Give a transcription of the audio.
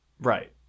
Right